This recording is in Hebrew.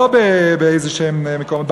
לא באיזשהם מקומות,